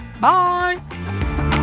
Bye